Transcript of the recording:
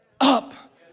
up